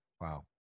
Wow